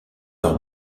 par